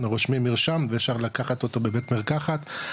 רושמים מרשם ואפשר לקחת אותו בבית מרקחת,